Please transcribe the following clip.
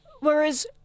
whereas